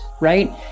right